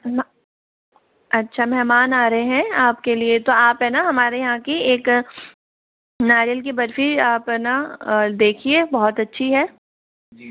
म अच्छा मेहमान आ रहे हैं आपके लिए तो आप है ना हमारे यहाँ की एक नारियल की बर्फ़ी आप हैं ना देखिए बहुत अच्छी है